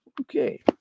okay